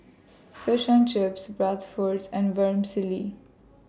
Fish and Chips Bratwurst and Vermicelli